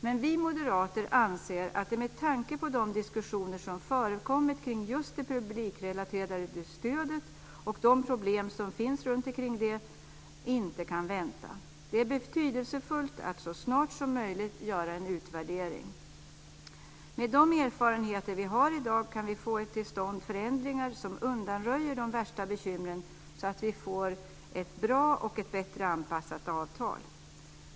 Men vi moderater anser att det med tanke på de diskussioner som förekommit kring just det publikrelaterade stödet och de problem som finns runtomkring det inte kan vänta. Det är betydelsefullt att så snart som möjligt göra en utvärdering. Med de erfarenheter som vi i dag har kan vi få till stånd förändringar som undanröjer de värsta bekymren, så att vi får ett bra och ett bättre anpassat avtal.